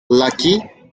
lucky